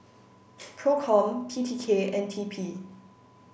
PROCOM T T K and T P